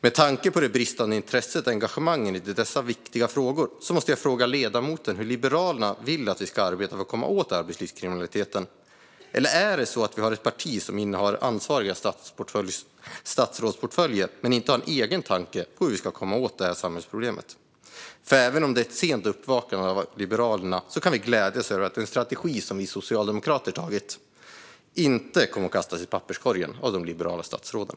Med tanke på deras bristande intresse och engagemang i dessa viktiga frågor måste jag fråga ledamoten hur Liberalerna vill att vi ska arbeta för att komma åt arbetslivskriminaliteten. Eller är det så att vi har ett parti som innehar ansvariga statsrådsportföljer men inte har en egen tanke om hur vi ska komma åt det här samhällsproblemet? Även om det är ett sent uppvaknande från Liberalernas sida kan vi glädjas över att den strategi som vi socialdemokrater antagit inte kommer att kastas i papperskorgen av de liberala statsråden.